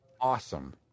Awesome